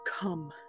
Come